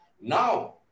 Now